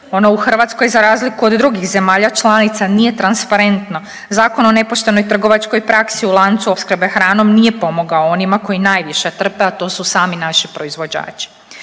ono u Hrvatskoj za razliku od drugih zemalja članica, nije transparentno, Zakon o nepoštenoj trgovačkoj praksi u lancu opskrbe hranom nije pomogao onima koji najviše trpe, a to su sami naši proizvođači.